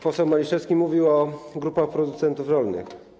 Poseł Maliszewski mówił o grupach producentów rolnych.